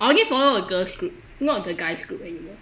I only follow a girls group not the guys group anymore